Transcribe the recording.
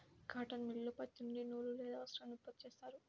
cotton మిల్లులో పత్తి నుండి నూలు లేదా వస్త్రాన్ని ఉత్పత్తి చేస్తారు